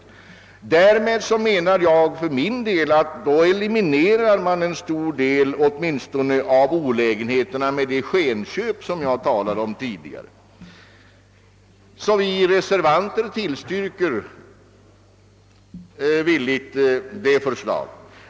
Därmed menar jag att man åtminstone eliminerar en stor del av olägenheten och många av de skenköp som jag tidigare nämnde. Vi reservanter tillstyrker därför villigt detta förslag.